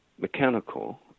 mechanical